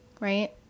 right